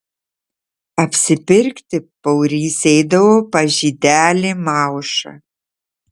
apsipirkti paurys eidavo pas žydelį maušą